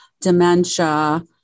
dementia